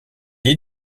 est